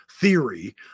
theory